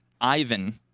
Ivan